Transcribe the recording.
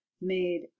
made